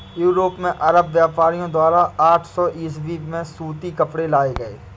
Europe में अरब व्यापारियों द्वारा आठ सौ ईसवी में सूती कपड़े लाए गए